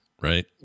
Right